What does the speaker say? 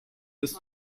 ist